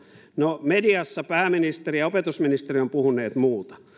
no mediassa pääministeri ja opetusministeri ovat puhuneet muuta